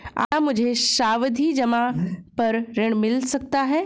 क्या मुझे सावधि जमा पर ऋण मिल सकता है?